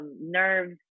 Nerves